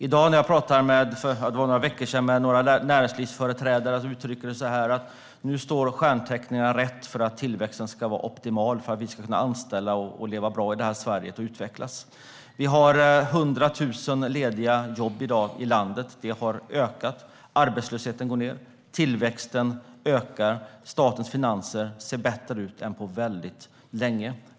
För några veckor sedan pratade jag med några näringslivsföreträdare som uttryckte det så här: Nu står stjärntecknen rätt för att tillväxten ska vara optimal, för att vi ska kunna anställa och leva bra i Sverige och utvecklas. Vi har 100 000 lediga jobb i dag i landet. Det har ökat. Arbetslösheten går ned. Tillväxten ökar. Statens finanser ser bättre ut än på väldigt länge.